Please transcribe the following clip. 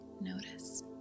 notice